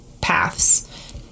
paths